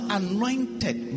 anointed